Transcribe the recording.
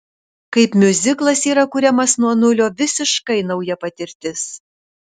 kaip miuziklas yra kuriamas nuo nulio visiškai nauja patirtis